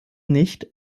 nicht